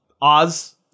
Oz